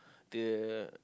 the